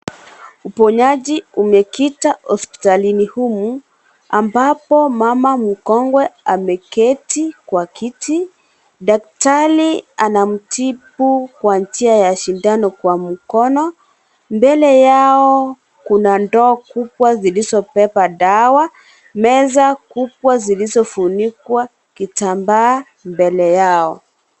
Uponyaji umekita hospitalini humu, ambapo mama mkongwe ameketi kwa kiti. Daktari anamtibu kwa njia ya shindano kwa mkono. Mbele yao kuna ndoo kubwa zilizobeba dawa ,meza kubwa zilizofunikwa kitambaa mbele yao.